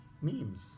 memes